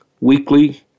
weekly